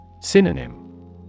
Synonym